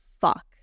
fuck